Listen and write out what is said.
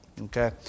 Okay